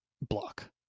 block